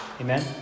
Amen